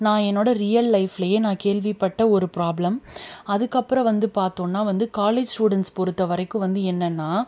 நான் என்னோடய ரியல் லைஃப்லையே நான் கேள்விப்பட்ட ஒரு ப்ராப்ளம் அதுக்கப்புறம் வந்து பார்த்தோன்னா வந்து காலேஜ் ஸ்டுடென்ட்ஸ் பொறுத்தவரைக்கும் வந்து என்னென்னால்